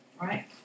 right